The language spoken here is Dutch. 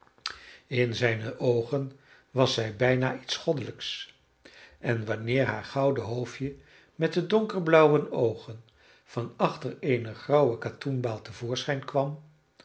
in zijne oogen was zij bijna iets goddelijks en wanneer haar gouden hoofdje met de donkerblauwe oogen van achter eene grauwe katoenbaal te voorschijn kwam